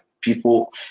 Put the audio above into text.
People